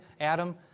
Adam